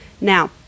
Now